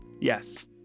Yes